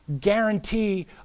guarantee